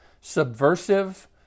subversive